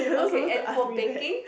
okay and for baking